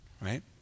right